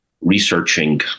researching